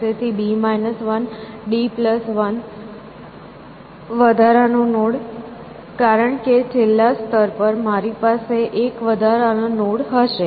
તેથી b 1 d એક વધારાનું નોડ કારણ કે છેલ્લા સ્તર પર મારી પાસે એક વધારાનો નોડ હશે